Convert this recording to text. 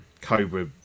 Cobra